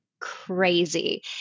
crazy